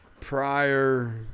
prior –